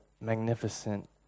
magnificent